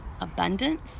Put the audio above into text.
abundance